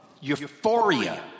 euphoria